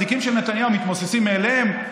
התיקים של נתניהו מתמוססים מאליהם,